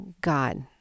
God